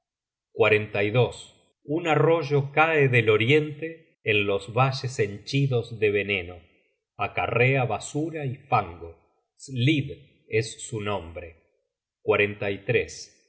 un arroyo cae del oriente en los valles henchidos de veneno acarrea basura y fango slid es su nombre